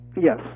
Yes